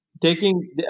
Taking